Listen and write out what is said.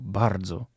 bardzo